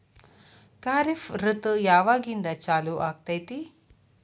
ಖಾರಿಫ್ ಋತು ಯಾವಾಗಿಂದ ಚಾಲು ಆಗ್ತೈತಿ?